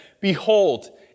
behold